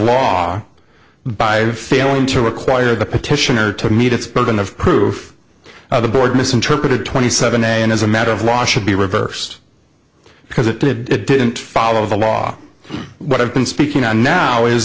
law by failing to require the petitioner to meet its burden of proof the board misinterpreted twenty seven a and as a matter of law should be reversed because it did it didn't follow the law what i've been speaking on now is